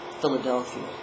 Philadelphia